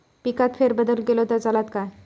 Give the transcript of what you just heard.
पिकात फेरबदल केलो तर चालत काय?